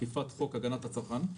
אכיפת חוק הגנת הצרכן.